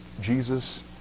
Jesus